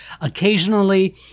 Occasionally